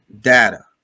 data